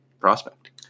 prospect